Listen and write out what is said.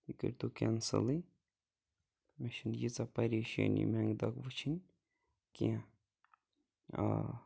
یہِ کٔرتو کینٛسلٕے مےٚ چھُنہٕ ییٖژاہ پَریشٲنی میٚنٛگدَگ وٕچھِنۍ کینٛہہ آ